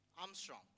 Armstrong